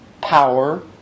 power